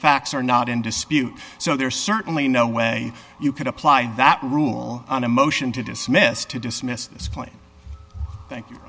facts are not in dispute so there is certainly no way you could apply that rule on a motion to dismiss to dismiss this claim thank you